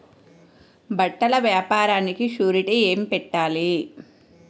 బట్టల వ్యాపారానికి షూరిటీ ఏమి పెట్టాలి?